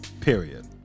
Period